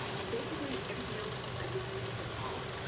and, basically, everything else i just leave default.